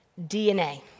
DNA